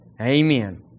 Amen